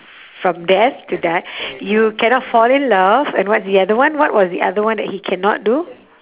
from death to you cannot fall in love and what's the other one what was the other one that he cannot do